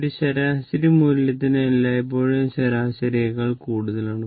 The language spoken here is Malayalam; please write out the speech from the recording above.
ഒരു ശരാശരി ശരാശരി മൂല്യത്തിന് എല്ലായ്പ്പോഴും ശരാശരിയേക്കാൾ കൂടുതലാണ്